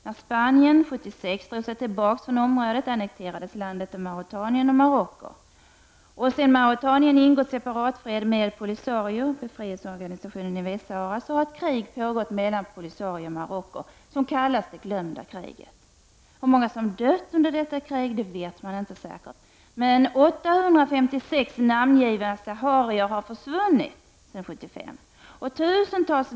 När Spanien 1976 drog sig tillbaka från området annekterades landet av Mauretanien och Marocko. Sedan Mauretanien ingått separatfred med Polisario, befrielseorganisationen i Västsahara, har ett krig pågått mellan Polisario och Marocko som kallas Det glömda kriget. Hur många som dött under detta krig vet man inte säkert, men 856 namngivna saharier har försvunnit sedan 1975.